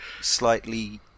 slightly